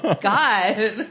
God